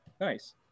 nice